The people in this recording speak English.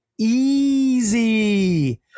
Easy